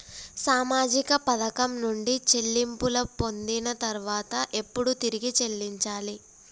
సామాజిక పథకం నుండి చెల్లింపులు పొందిన తర్వాత ఎప్పుడు తిరిగి చెల్లించాలి?